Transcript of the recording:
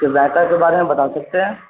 کہ ذائقہ کے بارے میں بتا سکتے ہیں